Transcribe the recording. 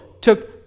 took